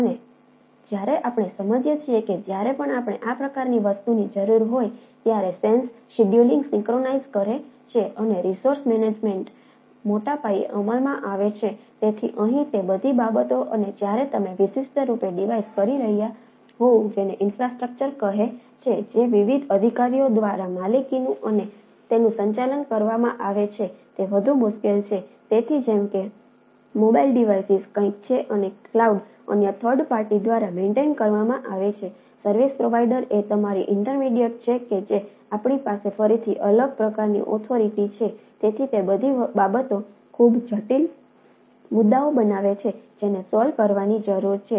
અને જ્યારે આપણે સમજીએ છીએ કે જ્યારે પણ આપણે આ પ્રકારની વસ્તુની જરૂર હોય ત્યારે સેન્સ કરવાની જરૂર છે